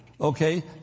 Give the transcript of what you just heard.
Okay